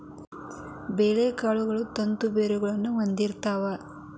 ಬೇಳೆಕಾಳುಗಳು ತಂತು ಬೇರುಗಳನ್ನಾ ಹೊಂದಿರ್ತಾವ